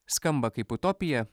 skamba kaip utopija